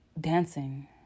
dancing